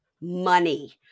money